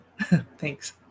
Thanks